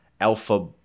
alpha